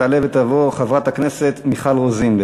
תעלה ותבוא חברת הכנסת מיכל רוזין.